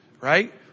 Right